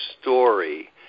story